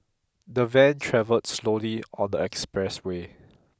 the van travelled slowly on the expressway